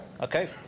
Okay